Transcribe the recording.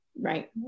Right